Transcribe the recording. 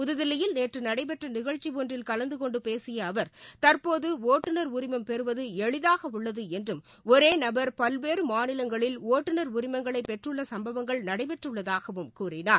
புதுதில்லியில் நேற்று நடைபெற்ற நிகழ்ச்சி ஒன்றில் கலந்து கொண்டு பேசிய அவர் தற்போது ஒட்டுநர் உரிமம் பெறுவது எளிதாக உள்ளது என்றும் ஒரே நபர் பல்வேறு மாநிலங்களில் ஒட்டுநர் உரிமங்களை பெற்றுள்ள சம்பவங்கள் நடைபெற்றுள்ளதாகவும் கூறினார்